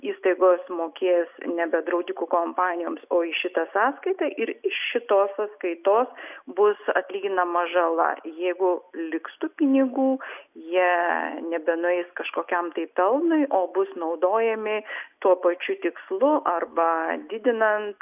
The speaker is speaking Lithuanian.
įstaigos mokės nebe draudikų kompanijoms o į šitą sąskaitą ir iš šitos sąskaitos bus atlyginama žala jeigu liks tų pinigų jie nebenueis kažkokiam tai pelnui o bus naudojami tuo pačiu tikslu arba didinant